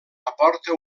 aporta